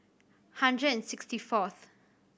hundred and sixty fourth